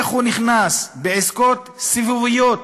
איך הוא נכנס בעסקות סיבוביות,